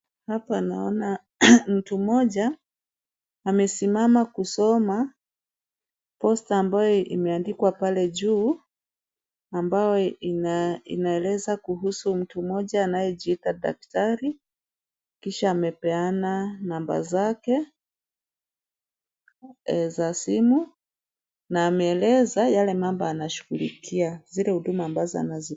Hapa naona mtu mmoja, amesimama kusoma, poster ambayo imeandikwa pale juu, ambayo inaeleza kuhusu mtu mmoja anayejiita daktari, kisha amepeana namba zake za simu na ameeleza yale mambo anashughulikia, zile huduma ambazo anazitoa.